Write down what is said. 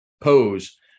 pose